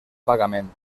pagament